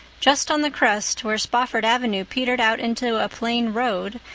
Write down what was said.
just on the crest, where spofford avenue petered out into a plain road,